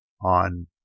on